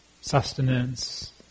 sustenance